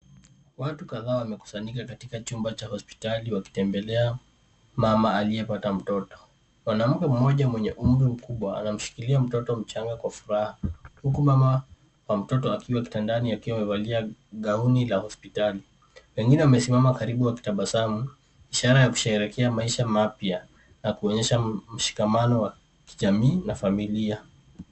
Watu kadhaa wamekusanyika katika chumba cha hospitali wakitemblea mama aliyepata mtoto. Mwanamke mmoja mwenye umri mkubwa anamshikilia mtoto mchanga kwa furaha huku mama wa mtoto akiwa kitandani akiwa amevalia gauni la hospitali. Wengine wamesimama karibu wakitabasamu, ishara ya kusherehekea maisha mapya na kuonyesha mshikamano wa kijamii na familia.